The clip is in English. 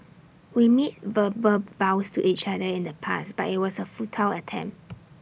we made verbal vows to each other in the past but IT was A futile attempt